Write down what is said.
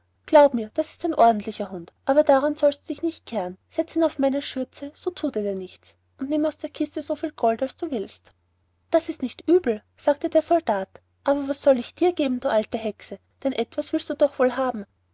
glaube mir das ist ein ordentlicher hund aber daran sollst du dich nicht kehren setze ihn auf meine schürze so thut er dir nichts und nimm aus der kiste so viel gold als du willst das ist nicht übel sagte der soldat aber was soll ich dir geben du alte hexe denn etwas willst du doch auch wohl haben